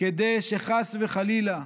כדי שחס וחלילה,